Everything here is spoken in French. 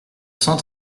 cent